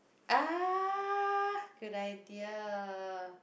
ah good idea